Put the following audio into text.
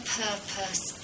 purpose